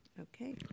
Okay